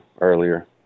earlier